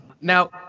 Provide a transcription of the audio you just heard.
Now